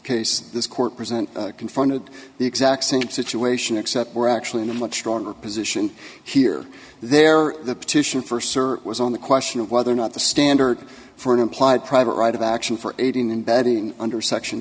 case this court present confronted the exact same situation except we're actually in a much stronger position here there are the petition for sir was on the question of whether or not the standard for an implied private right of action for aiding and abetting under section